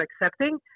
accepting